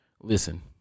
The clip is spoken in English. listen